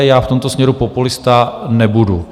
Já v tomto směru populista nebudu.